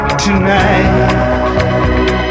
tonight